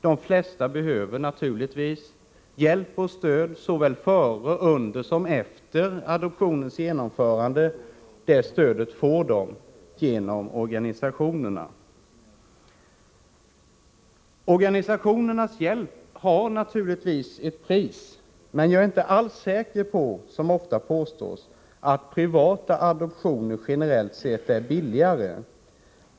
De flesta behöver naturligtvis hjälp och stöd såväl före, under som efter adoptionens genomförande. Det stödet får de genom organisationerna. Organisationernas hjälp har naturligtvis ett pris, men jag är inte alls säker på att privata adoptioner, vilket ofta påstås, generellt sett är billigare.